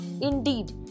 Indeed